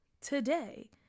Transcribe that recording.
today